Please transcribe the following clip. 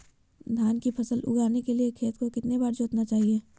धान की फसल उगाने के लिए खेत को कितने बार जोतना चाइए?